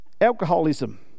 alcoholism